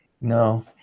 No